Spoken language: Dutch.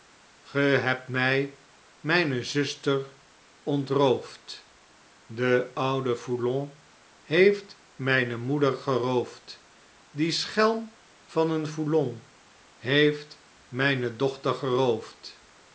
ge hebt mij mijne zuster ontroofd de oude foulon heeft mijne moeder geroofd die schelm van een foulon heeft mijne dochter geroofd